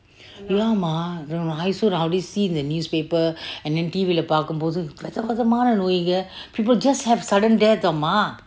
ya mah I also nowadays see the newspaper and T_V leh பாக்கும் மோது வகை-வகை நோய்கள்:paakum mothu vakai-vakai noykal people just have sudden death amma